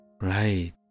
Right